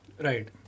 right